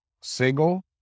single